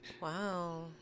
Wow